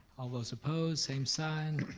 all those opposed, same sign.